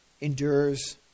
endures